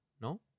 No